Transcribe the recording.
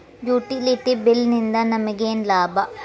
Utility bill ನಿಂದ್ ನಮಗೇನ ಲಾಭಾ?